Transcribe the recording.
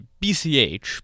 BCH